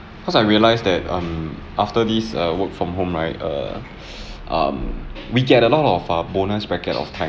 cause I realise that um after this uh work from home right err um we get a lot of uh bonus packet of time